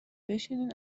بشینین